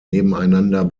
nebeneinander